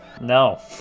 No